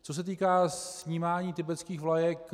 Co se týká snímání tibetských vlajek.